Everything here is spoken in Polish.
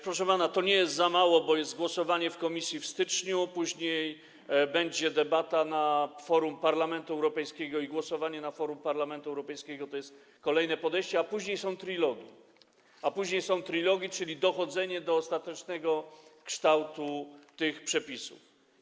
Proszę pana, to nie jest za mało, bo jest głosowanie w Komisji w styczniu, później będzie debata na forum Parlamentu Europejskiego i głosowanie na forum Parlamentu Europejskiego, to jest kolejne podejście, a później są trilogi, czyli dochodzenie do ostatecznego kształtu tych przepisów.